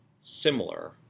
similar